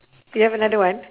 you have another one